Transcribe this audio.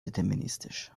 deterministisch